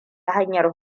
hanyar